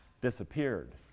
disappeared